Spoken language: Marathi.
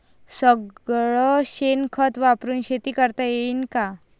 सगळं शेन खत वापरुन शेती करता येईन का?